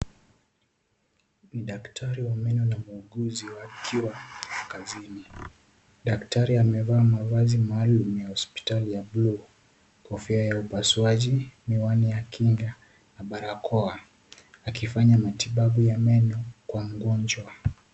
Ni daktari wa meno na muuguzi wakiwa kazini. Daktari amevaa mavazi maalum ya hospitali ya bluu, kofia ya upasuaji, miwani ya kinga na barakoa akifanya matibabu ya meno kwa mgonjwa.